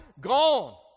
gone